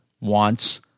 wants